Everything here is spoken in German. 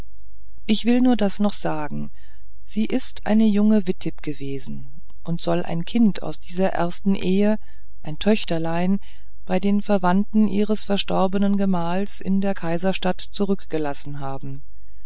ich will nur das noch sagen sie ist eine junge witib gewesen und soll ein kind aus dieser ersten ehe ein töchterlein bei den verwandten ihres verstorbenen gemahls in der kaiserstadt zurückgelassen haben